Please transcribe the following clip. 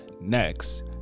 Next